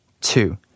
Two